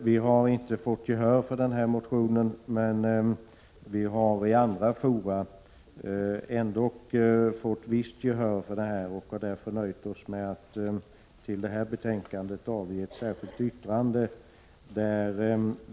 Vi har inte vunnit gehör för motionen i riksdagen, men i andra fora har vi vunnit ett visst gehör. Därför har vi nöjt oss med att till det här betänkandet foga ett särskilt yttrande.